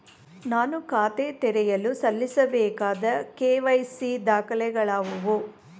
ನಾನು ಖಾತೆ ತೆರೆಯಲು ಸಲ್ಲಿಸಬೇಕಾದ ಕೆ.ವೈ.ಸಿ ದಾಖಲೆಗಳಾವವು?